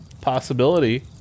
possibility